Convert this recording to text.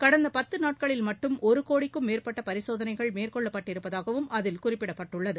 கடந்த பத்து நாட்களில் மட்டும் ஒரு கோடிக்கும் மேற்பட்ட பரிசோதனைகள் மேற்னெள்ளப் பட்டிருப்பதாகவும் அதில் குறிப்பிடப்பட்டுள்ளது